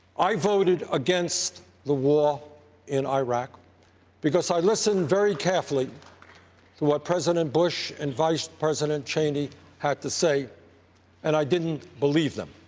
i voted against the war in iraq because i listened very carefully to what president bush and vice president cheney had to say and i didn't believe them.